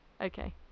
okay